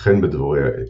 וכן בדבורי העץ.